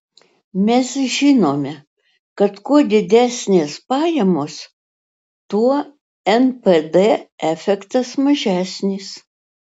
mes žinome kad kuo didesnės pajamos tuo npd efektas mažesnis